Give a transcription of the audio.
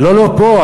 לא, פה.